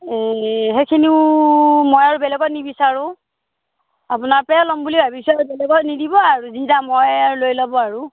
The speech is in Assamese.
এই সেইখিনিও মই আৰু বেলেগত নিবিচাৰোঁ আপোনাৰ পেই ল'ম বুলি ভাবিছোঁ আৰু বেলেগক নিদিব আৰু যি দাম হয় আৰু লৈ ল'ব আৰু